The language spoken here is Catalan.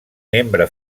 membre